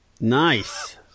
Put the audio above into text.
Nice